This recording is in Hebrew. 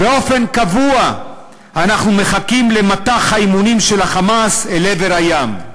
באופן קבוע אנחנו מחכים למטח האימונים של ה"חמאס" אל עבר הים,